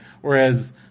Whereas